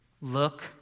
Look